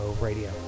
Radio